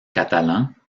catalans